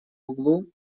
углу